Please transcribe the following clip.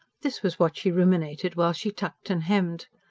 this was what she ruminated while she tucked and hemmed.